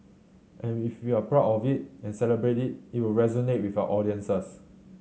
and if we are proud of it and celebrate it it will resonate with our audiences